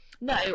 No